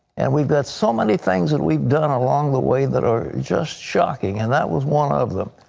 and we've got so many things that we've done along the way that are just shocking, and that was one of them.